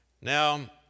Now